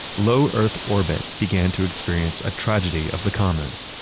low earth orbit began to experience a tragedy of the comments,